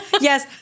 Yes